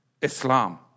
Islam